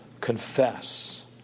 confess